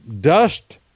dust